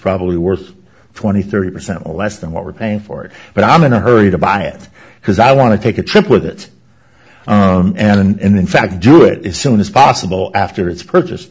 probably worth twenty three percent less than what we're paying for it but i'm in a hurry to buy it because i want to take a trip with it and in fact do it is soon as possible after it's purchased